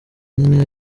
nyine